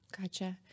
gotcha